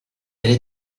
elle